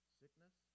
sickness